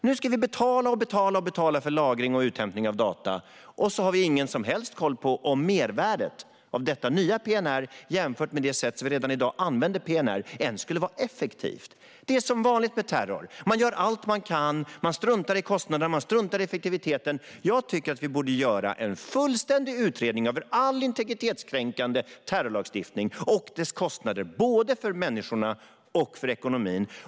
Nu ska vi betala och betala för lagring och uthämtning av data, men vi har ingen som helst koll på om mervärdet av detta nya PNR jämfört med det sätt som vi redan i dag använder PNR ens skulle vara effektivt. Lag om flygpassa-geraruppgifter i brottsbekämpningen Det är som vanligt med terror. Man gör allt man kan, men struntar i kostnader och i effektiviteten. Jag tycker att vi borde göra en fullständig utredning om all integritetskränkande terrorlagstiftning och dess kostnader både för människorna och för ekonomin.